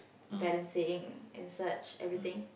balancing and such everything